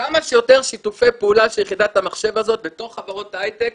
כמה שיותר שיתופי פעולה של יחידת המחשב הזאת בתוך חברות ההייטק